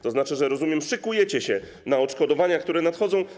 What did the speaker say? To znaczy rozumiem, że szykujecie się na odszkodowania, które nadchodzą.